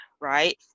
right